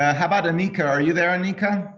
how about a anika, are you there anika?